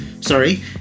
Sorry